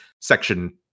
section